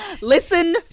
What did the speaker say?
Listen